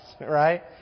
right